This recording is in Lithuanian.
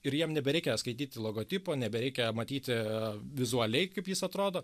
ir jiem nebereikia skaityti logotipo nebereikia matyti vizualiai kaip jis atrodo